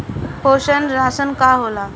पोषण राशन का होला?